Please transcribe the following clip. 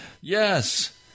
Yes